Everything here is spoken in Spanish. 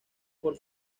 por